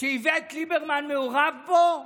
שאיווט ליברמן מעורב בו,